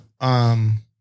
Um-